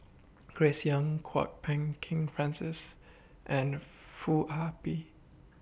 Grace Young Kwok Peng Kin Francis and Foo Ah Bee